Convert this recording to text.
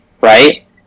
right